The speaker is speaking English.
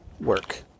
work